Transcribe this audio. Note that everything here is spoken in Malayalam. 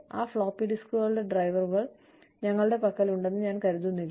ആ ഫ്ലോപ്പി ഡിസ്കുകളുടെ ഡ്രൈവറുകൾ ഞങ്ങളുടെ പക്കലുണ്ടെന്ന് ഞാൻ കരുതുന്നില്ല